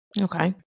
Okay